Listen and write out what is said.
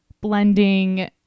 blending